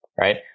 right